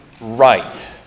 right